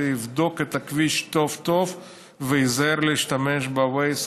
שיבדוק את הכביש טוב-טוב וייזהר מלהשתמש ב-Waze,